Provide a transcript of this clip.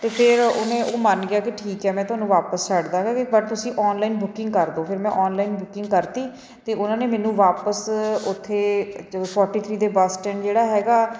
ਅਤੇ ਫਿਰ ਉਹਨੇ ਉਹ ਮੰਨ ਗਿਆ ਕਿ ਠੀਕ ਹੈ ਮੈਂ ਤੁਹਾਨੂੰ ਵਾਪਸ ਛੱਡ ਦੇਵਾਂਗਾ ਬਟ ਤੁਸੀਂ ਔਨਲਾਈਨ ਬੁਕਿੰਗ ਕਰ ਦਿਉ ਫਿਰ ਮੈਂ ਔਨਲਾਈਨ ਬੁਕਿੰਗ ਕਰਤੀ ਅਤੇ ਉਹਨਾਂ ਨੇ ਮੈਨੂੰ ਵਾਪਸ ਉਥੇ ਫੋਟੀ ਥ੍ਰੀ ਦੇ ਬੱਸ ਸਟੈਂਡ ਜਿਹੜਾ ਹੈਗਾ